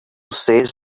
says